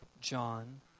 John